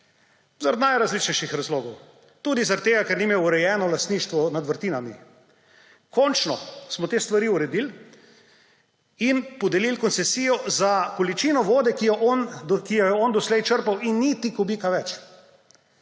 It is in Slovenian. zaradi najrazličnejših razlogov. Tudi zaradi tega, ker ni imel urejenega lastništva nad vrtinami. Končno smo te stvari uredili in podelili koncesijo za količino vode, ki jo je on doslej črpal, in niti kubika več.